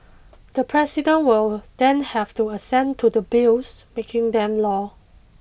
the President will then have to assent to the Bills making them law